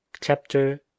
Chapter